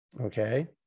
Okay